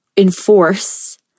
enforce